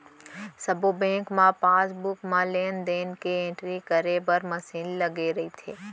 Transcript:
सब्बो बेंक म पासबुक म लेन देन के एंटरी करे बर मसीन लगे रइथे